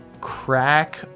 crack